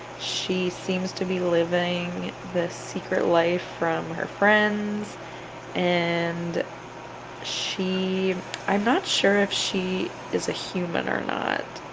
she seems to be living this secret life from her friends and she i'm not sure if she is a human or not,